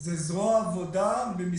זה זרוע עבודה במשרד הרווחה.